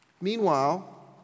Meanwhile